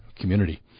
community